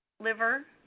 liver,